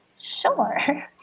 sure